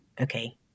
okay